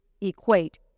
equate